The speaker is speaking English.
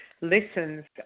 listens